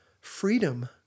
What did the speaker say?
Freedom